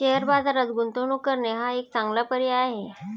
share बाजारात गुंतवणूक करणे हा एक चांगला पर्याय आहे